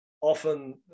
often